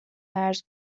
مرز